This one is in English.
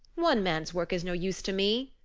one man's work is no use to me,